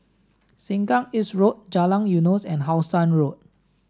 Sengkang East Road Jalan Eunos and How Sun Road